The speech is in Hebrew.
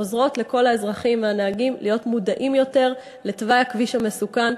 עוזרות לכל האזרחים והנהגים להיות מודעים יותר לתוואי הכביש המסוכן,